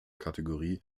kategorie